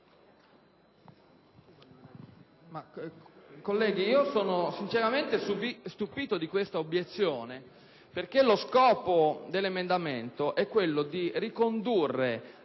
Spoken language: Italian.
colleghi, sono sinceramente stupito di questa obiezione, perché lo scopo dell'emendamento 2.270 è quello di ricondurre